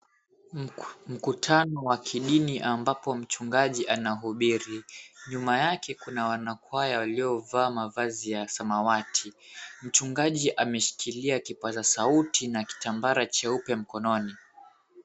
Mkutano wa kidini ambapo mchungaji anahubiri. Nyuma yake kuna wanakwaya waliovaa mavazi ya samawati. Mchungaji ameshikilia kipaza sauti na kitambara cheupe mkononi.